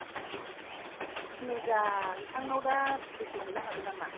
ए मोजां नोंथांनाव दा फुलिखौ मोननो हागोन नामा